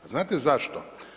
A znate zašto?